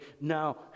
now